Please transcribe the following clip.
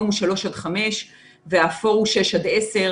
הוא שלוש עד חמש והאפור הוא שש עד עשר,